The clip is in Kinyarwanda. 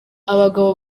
abagabo